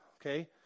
Okay